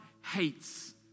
hates